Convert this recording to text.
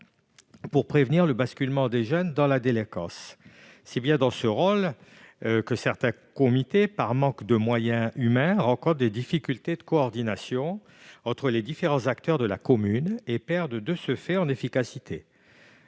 pour prévenir le basculement des jeunes dans la délinquance. C'est bien dans ce rôle que certains conseils, par manque de moyens humains, rencontrent des difficultés de coordination entre les différents acteurs de la commune et perdent de ce fait en efficacité.